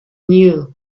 knew